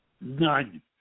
None